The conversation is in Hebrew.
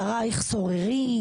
שריך שוררים,